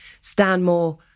Stanmore